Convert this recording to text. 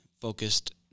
focused